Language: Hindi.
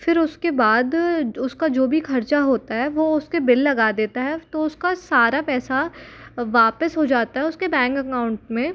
फिर उसके बाद उसका जो भी ख़र्च होता है वो उसके बिल लगा देता है तो उसका सारा पैसा वापिस हो जाता है उसके बैंक अकाउंट में